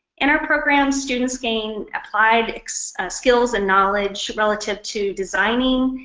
in our programs, students gain applied skills and knowledge relative to designing,